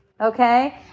okay